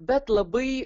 bet labai